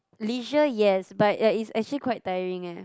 leisure yes but ya it's actually quite tiring eh